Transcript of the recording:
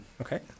Okay